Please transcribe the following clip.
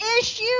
issue